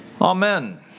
Amen